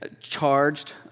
charged